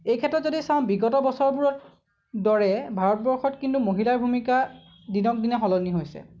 এইক্ষেত্ৰত যদি চাওঁ বিগত বছৰবোৰৰ দৰে ভাৰতবৰ্ষত কিন্তু মহিলাৰ ভূমিকা দিনক দিনে সলনি হৈছে